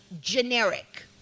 generic